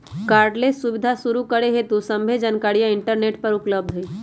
cardless सुबीधा शुरू करे हेतु सभ्भे जानकारीया इंटरनेट पर उपलब्ध हई